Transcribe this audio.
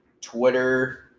Twitter